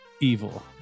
Evil